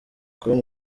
com